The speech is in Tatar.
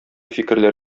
фикерләр